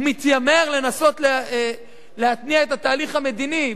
ומתיימר לנסות להתניע את התהליך המדיני,